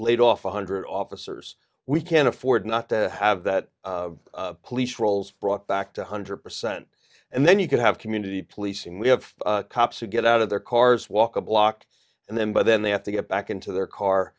laid off one hundred officers we can't afford not to have that police roles brought back to one hundred percent and then you could have community policing we have cops who get out of their cars walk a block and then by then they have to get back into their car